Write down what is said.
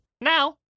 Now